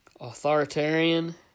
authoritarian